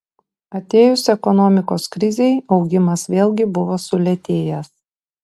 atėjus ekonomikos krizei augimas vėlgi buvo sulėtėjęs